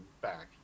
back